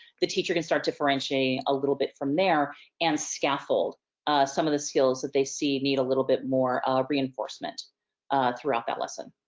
the teacher can start differentiating a little bit from there and scaffold some of the skills that they see need a little bit more reinforcement throughout that lesson.